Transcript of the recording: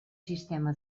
sistema